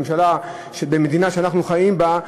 הממשלה במדינה שאנחנו חיים בה,